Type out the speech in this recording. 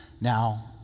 Now